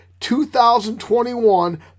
2021